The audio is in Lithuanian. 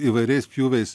įvairiais pjūviais